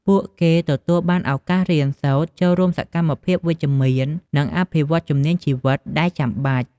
ពួកគេទទួលបានឱកាសរៀនសូត្រ ចូលរួមសកម្មភាពវិជ្ជមាន និងអភិវឌ្ឍជំនាញជីវិតដែលចាំបាច់។